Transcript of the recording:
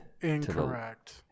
incorrect